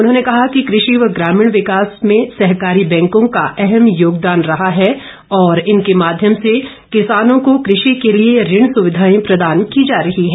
उन्होंने कहा कि कृषि व ग्रामीण विकास में सहकारी बैंकों का अहम योगदान रहा है और इनके माध्यम से किसानों को कृषि के लिए ऋण सुविधाएं प्रदान की जा रही है